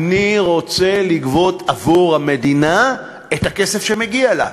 אני רוצה לגבות עבור המדינה את הכסף שמגיע לה.